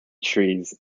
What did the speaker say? trees